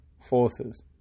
forces